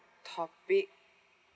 topic